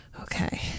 Okay